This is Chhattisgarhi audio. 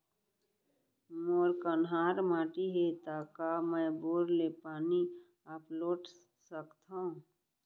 मोर कन्हार माटी हे, त का मैं बोर ले पानी अपलोड सकथव?